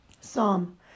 Psalm